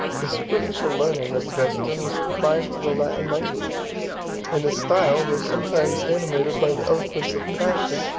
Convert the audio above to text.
the superficial learning of augustin was confined to the latin language and his style, though sometimes animated by the eloquence of passion,